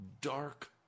dark